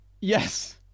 Yes